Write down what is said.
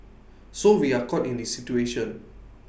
so we are caught in this situation